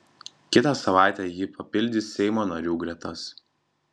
kitą savaitę ji papildys seimo narių gretas